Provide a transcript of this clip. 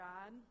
God